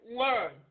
learn